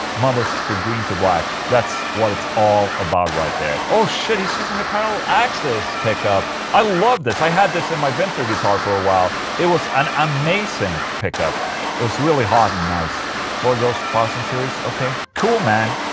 motherf ah ing green to black that's what it's all about right there oh shit he's using a parallel axis pickup i love this, i had this in my vinter guitar for a while it was an amazing pickup it was really hot and nice floyd rose one thousand series, ok cool, man,